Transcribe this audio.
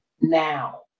now